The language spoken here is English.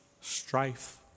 strife